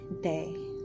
day